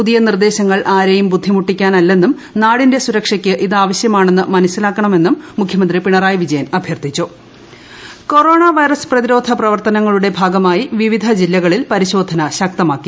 പുതിയ നിർദ്ദേശങ്ങൾ ആരെയും ബുദ്ധിമുട്ടിക്കാനല്ലെന്നും നാടിന്റെ സുരക്ഷയ്ക്ക് ഇതാവശ്യമാണെന്ന് മനസ്ട്രില്ല് ്ക്കണമെന്നും മുഖ്യമന്ത്രി പിണറായി വിജയൻ അഭ്യർത്ഥിച്ച പരിശോധന ഇൻട്രോ കൊറോണ വൈറസ് പ്രതി്രോധ പ്രവർത്തനങ്ങളുടെ ഭാഗമായി വിവിധ ജില്ലകളിൽ പരിശോധന ശക്തമാക്കി